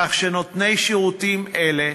כך שנותני שירותים אלה